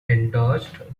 endorsed